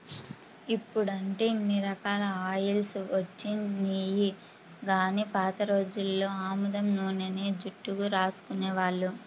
ఇప్పుడంటే ఇన్ని రకాల ఆయిల్స్ వచ్చినియ్యి గానీ పాత రోజుల్లో ఆముదం నూనెనే జుట్టుకు రాసుకునేవాళ్ళు